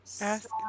Ask